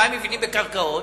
מה הם מבינים בקרקעות.